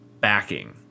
backing